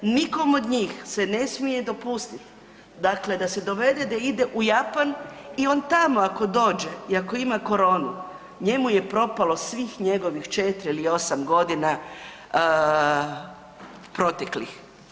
Nikom od njih se ne smije dopustit, dakle da se dovede da ide u Japan i on tamo ako dođe i ako ima koronu njemu je propalo svih njegovih 4 ili 8.g. proteklih.